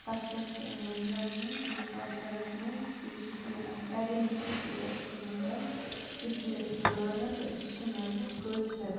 پَتہٕ پٮ۪ٹھَے آمٕژ لبنہٕ سٲنِس کلچَرَس منٛز تہٕ یہِ چھِ سٲنۍ اَکھ آیڈٮ۪نٛٹٹی أسۍ چھِ مطلب کشمیٖرَس منٛز روزان تہٕ أسۍ چھِ مطلب کٲشُر